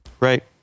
Right